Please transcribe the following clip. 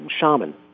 shaman